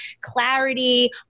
clarity